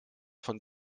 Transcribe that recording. von